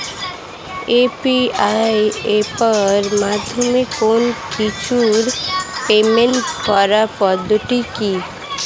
UPI এপের মাধ্যমে কোন কিছুর পেমেন্ট করার পদ্ধতি কি?